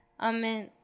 Amen